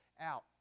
out